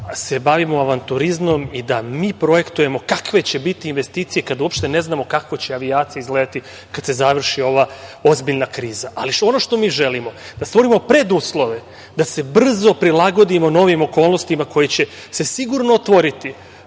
se bavimo avanturizmom i da mi projektujemo kakve će biti investicije kada uopšte ne znamo kako će avijacija izgledati kada se završi ova ozbiljna kriza. Ali ono što mi želimo je da stvorimo preduslove da se brzo prilagodimo novim okolnostima koje će se sigurno otvoriti,